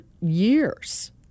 years